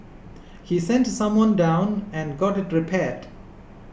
he sent someone down and got it repaired